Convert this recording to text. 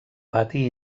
pati